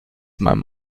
małym